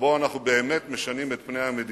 שבו אנחנו באמת משנים את פני המדינה.